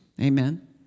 Amen